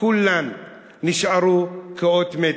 כולן נשארו כאות מתה.